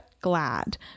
glad